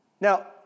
Now